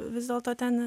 vis dėlto ten